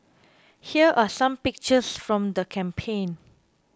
here are some pictures from the campaign